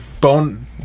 bone